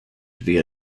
via